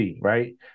right